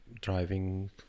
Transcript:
driving